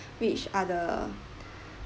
which are the